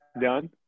done